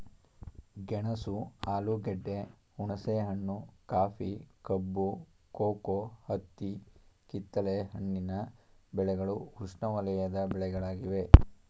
ಗೆಣಸು ಆಲೂಗೆಡ್ಡೆ, ಹುಣಸೆಹಣ್ಣು, ಕಾಫಿ, ಕಬ್ಬು, ಕೋಕೋ, ಹತ್ತಿ ಕಿತ್ತಲೆ ಹಣ್ಣಿನ ಬೆಳೆಗಳು ಉಷ್ಣವಲಯದ ಬೆಳೆಗಳಾಗಿವೆ